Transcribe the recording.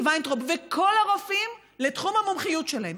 וינטראוב וכל המומחים לתחום המומחיות שלהם.